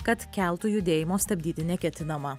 kad keltų judėjimo stabdyti neketinama